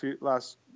last